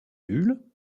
nulle